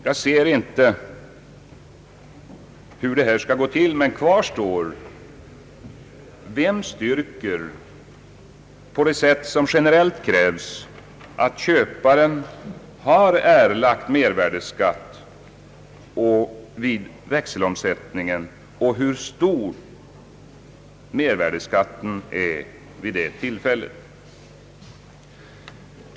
Jag förstår inte hur det skall gå till, men kvar står frågan: Vem styrker på det sätt som generellt krävs att köparen har erlagt mervärdeskatt vid växelomsättningen och hur stor mervärdeskatten är vid det tillfället?